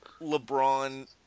LeBron